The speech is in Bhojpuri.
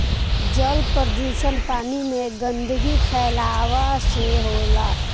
जल प्रदुषण पानी में गन्दगी फैलावला से होला